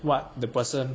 what the person